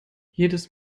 jedes